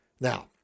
Now